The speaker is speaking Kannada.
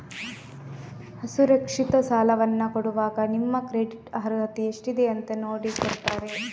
ಅಸುರಕ್ಷಿತ ಸಾಲವನ್ನ ಕೊಡುವಾಗ ನಿಮ್ಮ ಕ್ರೆಡಿಟ್ ಅರ್ಹತೆ ಎಷ್ಟಿದೆ ಅಂತ ನೋಡಿ ಕೊಡ್ತಾರೆ